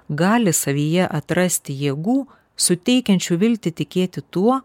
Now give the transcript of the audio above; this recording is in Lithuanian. gali savyje atrasti jėgų suteikiančių viltį tikėti tuo